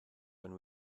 when